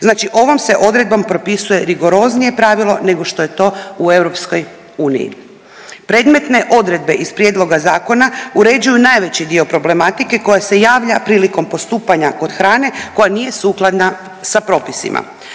Znači ovom se odredbom propisuje rigoroznije pravilo nego što je to u EU. Predmetne odredbe iz prijedloga zakona uređuju najveći dio problematike koja se javlja prilikom postupanja kod hrane koja nije sukladna s propisima.